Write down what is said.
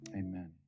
amen